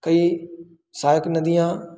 कई सहायक नदियाँ